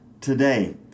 today